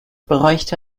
bräuchte